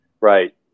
Right